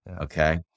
Okay